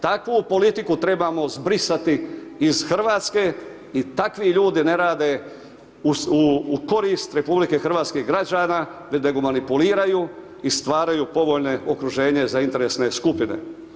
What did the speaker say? Takvu politiku trebamo zbrisati iz RH i takvi ljudi ne rade u korist RH i građana, već da ga manipuliraju i stvaraju povoljne okruženje za interesne skupine.